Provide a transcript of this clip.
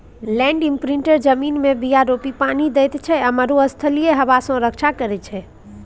land imprinter जमीनमे बीया रोपि पानि दैत छै आ मरुस्थलीय हबा सँ रक्षा करै छै